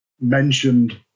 mentioned